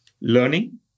learning